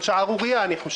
אני סבור שזאת שערורייה.